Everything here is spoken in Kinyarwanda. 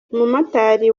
umumotari